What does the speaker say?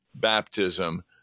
baptism